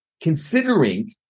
Considering